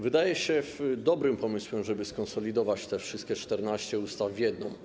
Wydaje się dobrym pomysłem, żeby skonsolidować te wszystkie 14 ustaw w jedną.